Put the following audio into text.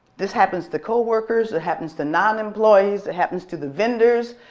this happens to coworkers, it happens to non-employees. it happens to the vendors.